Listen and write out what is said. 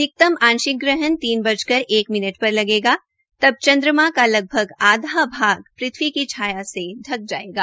अधिकतम आंशिक ग्रहण तीन बजकर एक मिनट पर लेगा तक चन्द्रमा का लगभग आधा भाग पृथ्वी की छाया से ढक जायेगा